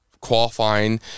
qualifying